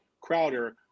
Crowder